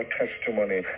testimony